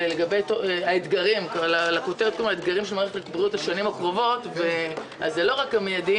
ולגבי האתגרים של מערכת הבריאות לשנים הקרובות זה לא רק המייידי